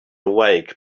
awake